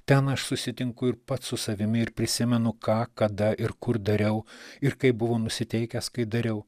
ten aš susitinku ir pats su savimi ir prisimenu ką kada ir kur dariau ir kaip buvau nusiteikęs kai dariau